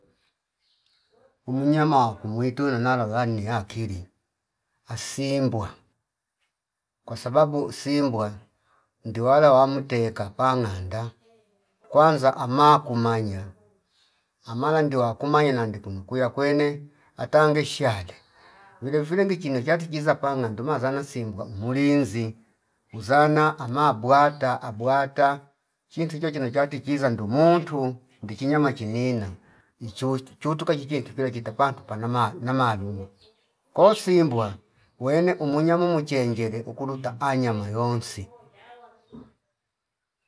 Umunyama waku mwei tola nalogha ni akili asimbwa kwasababu simbwa ndiwalo wamuteka pananganda kwanza ama kumanya amala ndiwa kumai nandi kumkuya kwene ata ngeshale vile vile gichi ino chatujiza pananganda maza simbwa mulinzi uzana ama bwata abwata chintu icho chino chatichiza ndumuntu ndichi nyama chinina ichotu chutuka chichentu chile chitepa tupanama namarinya ko simbwa wene umunyama muchenjere ukuruta ana nyama yonsi